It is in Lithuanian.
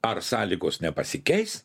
ar sąlygos nepasikeis